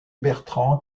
bertran